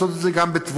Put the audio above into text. לעשות את זה גם בתבונה,